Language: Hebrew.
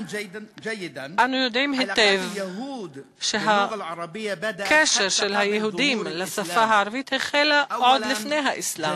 אנו יודעים היטב שהקשר של היהודים לשפה הערבית החל עוד לפני האסלאם.